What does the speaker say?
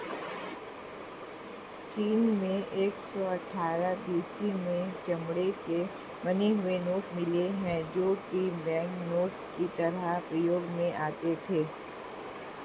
चीन में एक सौ अठ्ठारह बी.सी में चमड़े के बने हुए नोट मिले है जो की बैंकनोट की तरह प्रयोग में आते थे